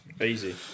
Easy